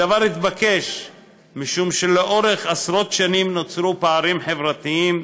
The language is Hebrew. הדבר התבקש משום שלאורך עשרות שנים נוצרו פערים חברתיים,